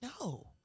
no